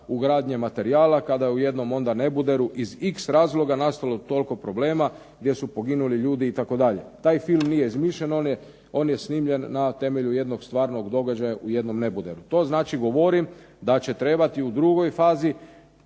ugradnje materijala kada je u jednom onda neboderu iz x razloga nastalo toliko problema gdje su poginuli ljudi itd. Taj film nije izmišljen. On je snimljen na temelju jednog stvarnog događaja u jednom neboderu. To znači govorim a će trebati u drugoj fazi